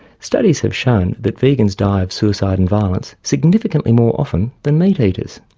studies have shown that vegans die of suicide and violence significantly more often than meat eaters.